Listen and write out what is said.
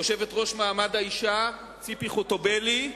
יושבת-ראש הוועדה למעמד האשה ציפי חוטובלי,